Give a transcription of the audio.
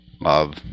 love